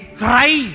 cry